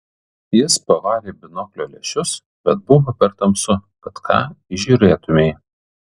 jis pavalė binoklio lęšius bet buvo per tamsu kad ką įžiūrėtumei